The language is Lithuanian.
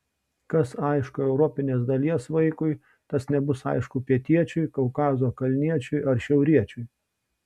kas aišku europinės dalies vaikui tas nebus aišku pietiečiui kaukazo kalniečiui ar šiauriečiui